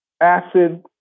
acid